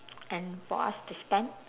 and for us to spend